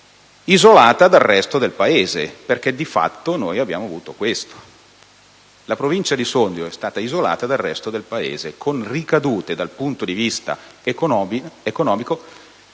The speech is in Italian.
isolata dal resto del Paese, perché di fatto è accaduto questo: la Provincia di Sondrio è stata isolata dal resto del Paese, con ricadute devastanti dal punto di vista economico.